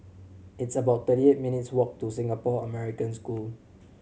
it's about thirty eight minutes' walk to Singapore American School